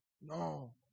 No